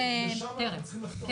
שלשם אנחנו צריכים לחתור.